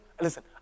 listen